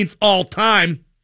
all-time